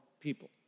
people